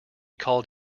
called